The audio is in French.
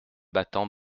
battants